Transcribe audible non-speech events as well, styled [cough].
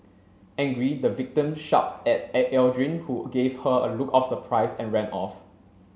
angry the victim shout at [unintelligible] Aldrin who gave her a look of surprise and ran off